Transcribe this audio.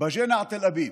באז'ינא ע-תל אביב,